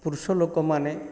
ପୁରୁଷ ଲୋକମାନେ